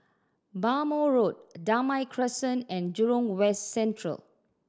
Bhamo Road Damai Crescent and Jurong West Central